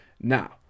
Now